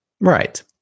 Right